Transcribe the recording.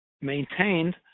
maintained